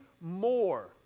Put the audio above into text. more